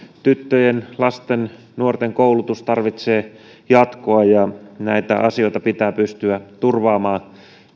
tyttöjen lasten ja nuorten koulutus tarvitsee jatkoa ja näitä asioita pitää pystyä turvaamaan